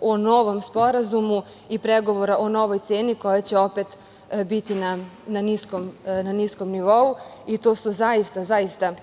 o novom sporazumu i pregovora o novoj ceni koja će opet biti na niskom nivou. To su zaista važne